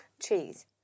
Cheese